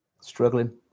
struggling